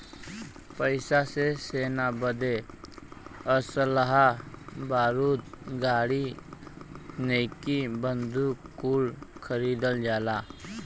पइसा से सेना बदे असलहा बारूद गाड़ी नईकी बंदूक कुल खरीदल जाला